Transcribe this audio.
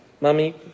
Mummy